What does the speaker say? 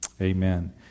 Amen